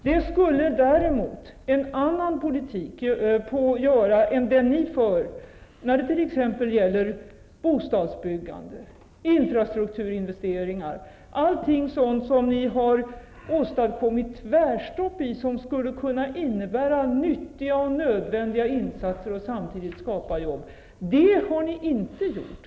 Det skulle däremot en annan politik än den ni föreslår göra, t.ex. när det gäller bostadsbyggande och infrastrukturinvesteringar -- allt sådant som ni har åstadkommit tvärstopp i och som skulle kunna innebära nyttiga och nödvändiga insatser och samtidigt skapa jobb. Det har ni inte gjort.